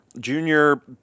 junior